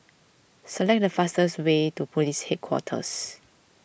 select the fastest way to Police Headquarters